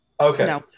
Okay